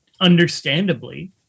understandably